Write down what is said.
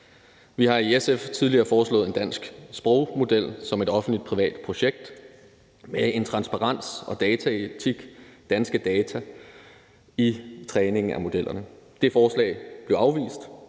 Vi har i SF tidligere foreslået en dansk sprogmodel som et offentlig-privat projekt med transparens, dataetik og danske data i træningen af modellerne. Det forslag blev afvist,